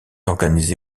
organisé